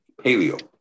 paleo